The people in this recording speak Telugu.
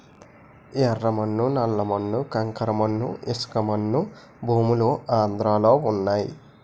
యెర్ర మన్ను నల్ల మన్ను కంకర మన్ను ఇసకమన్ను భూములు ఆంధ్రలో వున్నయి